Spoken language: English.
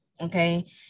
okay